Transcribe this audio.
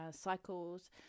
cycles